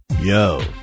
Yo